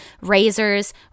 razors